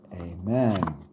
Amen